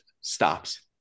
stops